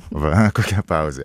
va kokia pauzė